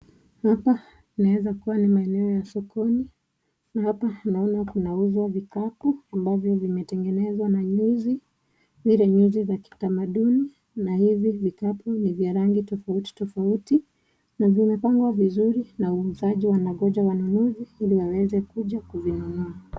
Hapa inaeza kuwa ni maeneo ya sokoni na hapa naona kunauzwa vitabu ambavyo vimetengenezwa na nyuzi. Zile nyuzi za kitamaduni na hivi vitabu ni vya rangi tofauti tofauti na vimepangwa vizuri na wauzaji wanagonja wanunuzi ili waweze kuja kuvinunua.